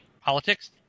politics